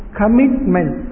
commitment